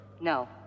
No